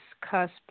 Cusp